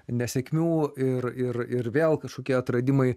nesėkmių ir ir ir vėl kažkokie atradimai